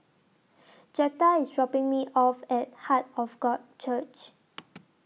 Jeptha IS dropping Me off At Heart of God Church